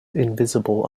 invisible